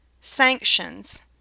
sanctions